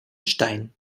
stein